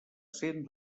cent